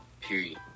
Period